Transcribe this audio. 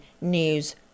News